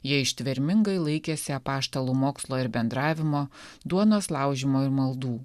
jie ištvermingai laikėsi apaštalų mokslo ir bendravimo duonos laužymo ir maldų